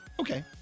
okay